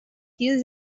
used